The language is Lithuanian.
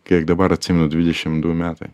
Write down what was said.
kiek dabar atsimenu dvidešimt du metai